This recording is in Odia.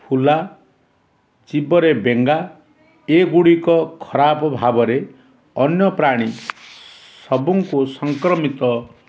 ଫୁଲା ଜିଭରେ ବେଙ୍ଗା ଏଗୁଡ଼ିକ ଖରାପ ଭାବରେ ଅନ୍ୟ ପ୍ରାଣୀ ସବୁଙ୍କୁ ସଂକ୍ରମିତ